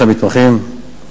של המתמחים,